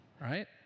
right